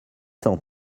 cent